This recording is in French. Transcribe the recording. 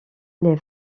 les